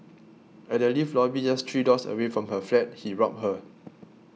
at the lift lobby just three doors away from her flat he robbed her